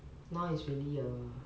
now is really a